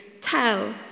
Tell